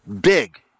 big